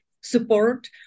support